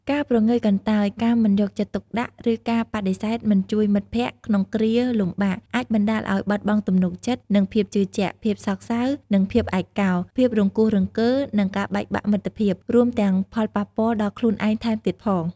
ការព្រងើយកន្តើយ ការមិនយកចិត្តទុកដាក់ ឬការបដិសេធមិនជួយមិត្តភក្តិក្នុងគ្រាលំបាក អាចបណ្តាលឲ្យ បាត់បង់ទំនុកចិត្ត និងភាពជឿជាក់ ភាពសោកសៅ និងភាពឯកោ ភាពរង្គោះរង្គើ និងការបែកបាក់មិត្តភាព រួមទាំងផលប៉ះពាល់ដល់ខ្លួនឯងថែមទៀតផង។